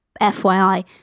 FYI